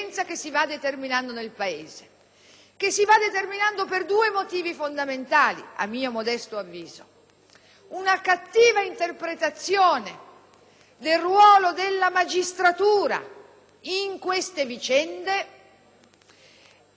una cattiva interpretazione del ruolo della magistratura in queste vicende che mette in luce, insieme ad altri aspetti, il fallimento del nostro sistema giudiziario,